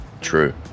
True